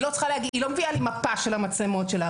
היא לא מביאה לי מפה של המצלמות שלה,